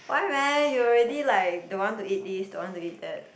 why man you already like don't want to eat this don't want to eat that